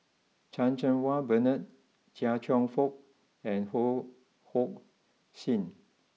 Chan Cheng Wah Bernard Chia Cheong Fook and Ho Hong sing